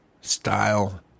style